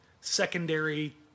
secondary